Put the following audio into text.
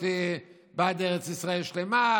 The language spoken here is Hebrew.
להיות בעד ארץ ישראל השלמה,